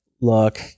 look